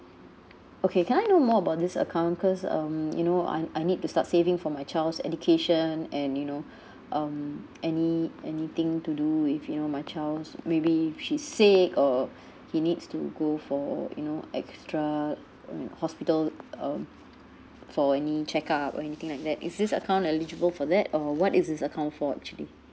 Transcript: okay can I know more about this account cause um you know I I need to start saving for my child's education and you know um any~ anything to do with you know my child's maybe she's sick or he needs to go for you know extra I mean hospital um for any check up or anything like that is this account eligible for that or what is this account for actually